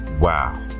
wow